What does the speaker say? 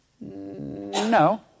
No